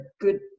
good